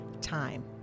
time